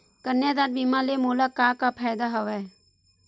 कन्यादान बीमा ले मोला का का फ़ायदा हवय?